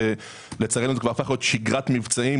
לצערנו, זאת הפכה להיות שגרת מבצעים.